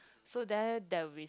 so there they will be